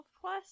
plus